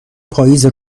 پائیز